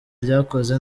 ryakoze